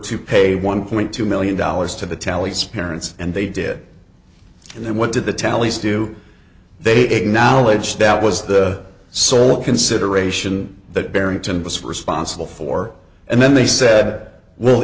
to pay one point two million dollars to the tallys parents and they did and then what did the tallies do they acknowledge that was the sole consideration that barrington bisque responsible for and then they said well